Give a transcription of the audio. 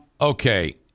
okay